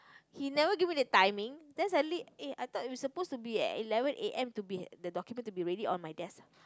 he never give me the timing then suddenly eh I thought you supposed to be at eleven A_M to be the document to be ready on my desk